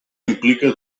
implica